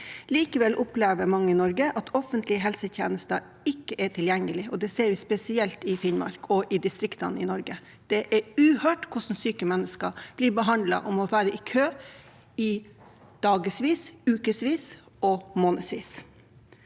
Likevel opplever mange i Norge at offentlige helsetjenester ikke er tilgjengelig, og det ser vi spesielt i Finnmark og i distriktene i Norge. Det er uhørt hvordan syke mennesker blir behandlet og må være i kø i dagevis, ukevis og månedsvis.